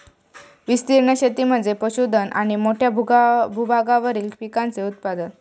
विस्तीर्ण शेती म्हणजे पशुधन आणि मोठ्या भूभागावरील पिकांचे उत्पादन